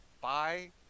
bye